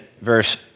verse